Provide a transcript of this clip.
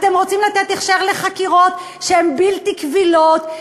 אתם רוצים לתת הכשר לחקירות שהן בלתי קבילות,